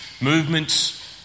movements